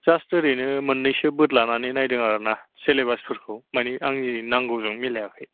just ओरैनो मोननैसो बोद्लानानै नायदों आरो ना सेलेबासफोरखौ मानि आंनि नांगौ जों मिलायाखै